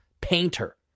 painter